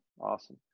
Awesome